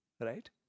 right